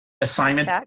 assignment